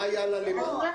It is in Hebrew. היו לה מכנסונים.